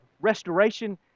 restoration